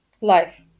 life